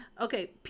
Okay